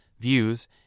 views